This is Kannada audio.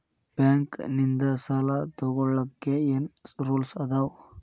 ಬ್ಯಾಂಕ್ ನಿಂದ್ ಸಾಲ ತೊಗೋಳಕ್ಕೆ ಏನ್ ರೂಲ್ಸ್ ಅದಾವ?